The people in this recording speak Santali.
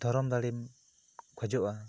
ᱫᱷᱚᱨᱚᱢ ᱫᱟᱲᱮᱢ ᱠᱷᱚᱡᱚᱜᱼᱟ